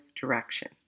direction